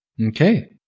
Okay